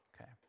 Okay